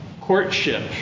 courtship